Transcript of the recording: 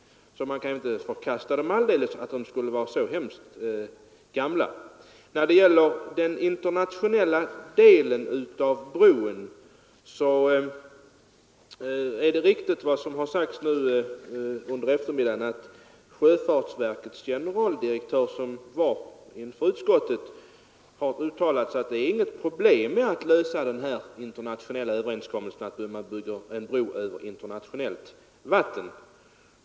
Man kan alltså inte förkasta dem av det skälet. När det gäller den internationella delen av bron är det riktigt som sagts under eftermiddagen att sjöfartsverkets generaldirektör, som har hörts av utskottet, uttalade att det inte är svårt att lösa problemet när man bygger en bro över internationellt vatten.